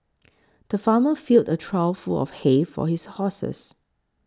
the farmer filled a trough full of hay for his horses